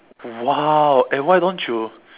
!wow! eh why don't you